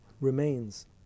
remains